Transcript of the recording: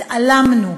התעלמנו.